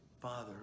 father